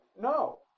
No